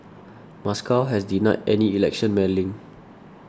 Moscow has denied any election meddling